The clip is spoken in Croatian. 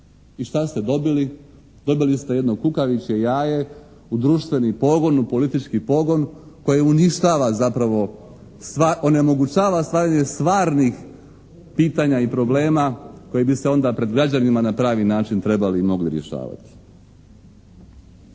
I šta ste dobili? Dobili ste jedno kukavičje jaje u društveni pogon, u politički pogon koje uništava zapravo, onemogućava stvaranje stvarnih pitanja i problema koji bi se onda pred građanima na pravi način trebali i mogli rješavati.